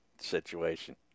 situation